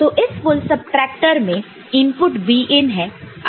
तो इस full subtractor में इनपुट b in है आउटपुट b out है